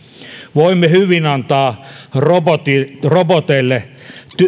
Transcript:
voimme hyvin antaa roboteille